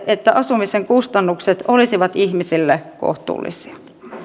että asumisen kustannukset olisivat ihmisille kohtuullisia